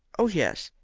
oh, yes.